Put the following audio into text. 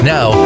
Now